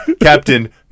Captain